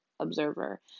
observer